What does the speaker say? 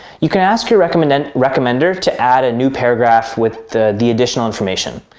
you can ask your recommender and recommender to add a new paragraph with the the additional information.